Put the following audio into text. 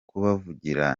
kubavugira